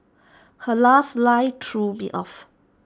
her last line threw me off